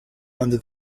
under